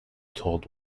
told